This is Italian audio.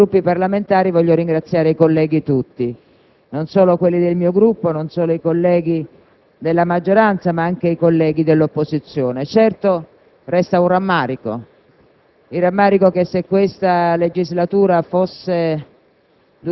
prezioso e competente che hanno prestato ai Gruppi parlamentari. Voglio ringraziare, infine, i colleghi tutti: non solo quelli del mio Gruppo, non solo quelli della maggioranza, ma anche quelli dell'opposizione. Certo, resta un rammarico: